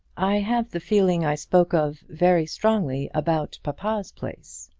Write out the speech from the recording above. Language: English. i have the feeling i spoke of very strongly about papa's place,